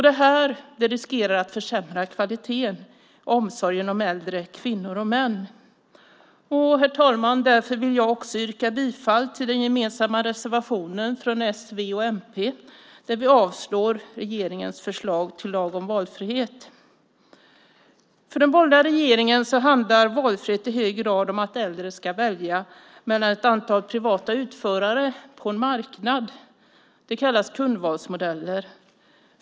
Det här riskerar att försämra kvaliteten i omsorgen om äldre kvinnor och män. Därför vill jag också, herr talman, yrka bifall till den gemensamma reservationen från s, v och mp där vi avstyrker regeringens förslag till lag om valfrihet. För den borgerliga regeringen handlar valfrihet i hög grad om att äldre ska välja mellan ett antal privata utförare på en marknad. Det kallas kundvalsmodeller.